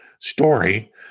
story